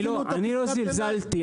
אני לא זלזלתי,